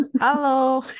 Hello